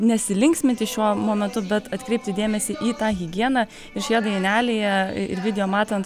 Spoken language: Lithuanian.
nesilinksminti šiuo momentu bet atkreipti dėmesį į tą higieną ir šioje dainelėje ir video matant